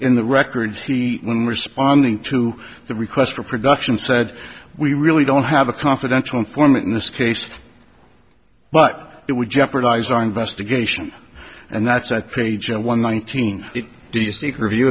in the records he when responding to the request for production said we really don't have a confidential informant in this case but it would jeopardize our investigation and that's i paid one nineteen do you see her view